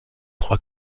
croient